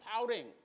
pouting